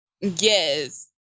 yes